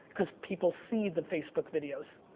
cuz people see the facebook videos.